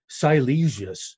Silesius